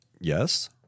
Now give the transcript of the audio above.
Yes